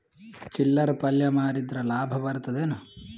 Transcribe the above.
ಚಿಲ್ಲರ್ ಪಲ್ಯ ಮಾರಿದ್ರ ಲಾಭ ಬರತದ ಏನು?